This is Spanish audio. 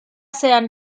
sean